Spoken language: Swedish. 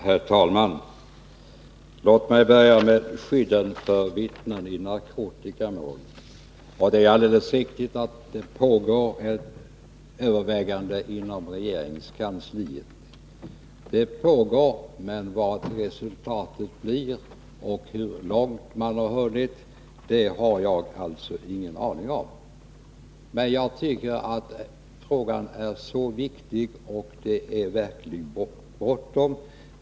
Herr talman! Låt mig börja med skyddet av vittnen i narkotikamål. Det är alldeles riktigt att det pågår ett övervägande inom regeringskansliet. Vad resultatet blir och hur långt man hunnit har jag ingen aning om, men jag tycker att frågan är viktig och att det verkligen är bråttom.